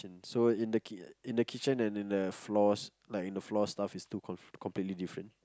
and so in the kit~ in the kitchen and in the floors like in the floor staff is two completely different